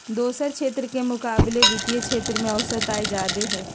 दोसरा क्षेत्र के मुकाबिले वित्तीय क्षेत्र में औसत आय जादे हई